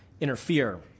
interfere